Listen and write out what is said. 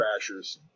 Crashers